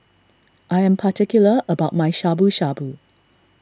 I am particular about my Shabu Shabu